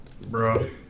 Bro